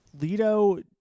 Leto